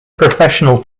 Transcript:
professional